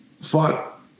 Fought